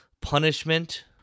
punishment